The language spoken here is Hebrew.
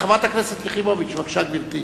חברת הכנסת יחימוביץ, בבקשה, גברתי.